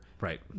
Right